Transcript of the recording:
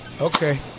Okay